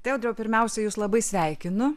tai audriau pirmiausia jus labai sveikinu